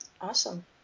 Awesome